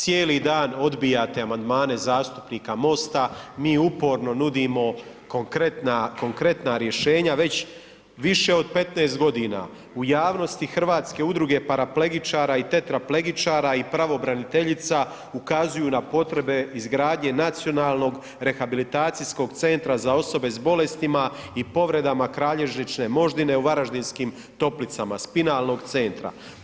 Cijeli dan odbijate amandmane zastupnika MOST-a, mi uporno nudimo konkretna rješenja, već više od 15 g. u javnosti Hrvatske udruge paraplegičara i tetraplegičara i pravobraniteljica ukazuju na potrebe izgradnje nacionalnog rehabilitacijskog centra za osobe sa bolestima i povredama kralježnične moždine u Varaždinskim toplicama spinalnog centra.